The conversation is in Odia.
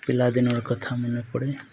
ପିଲାଦିନର କଥା ମନେ ପଡ଼େ